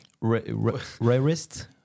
rarest